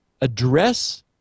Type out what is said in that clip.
address